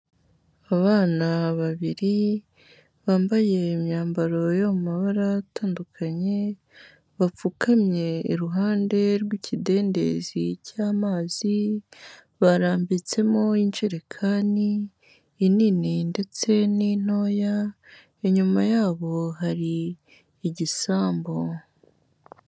Abana babiri, bambaye imyambaro yo mu mabara atandukanye, bapfukamye iruhande rw'ikidendezi cy'amazi, barambitsemo injerekani, inini ndetse n'intoya, inyuma yabo hari igisambu.